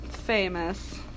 famous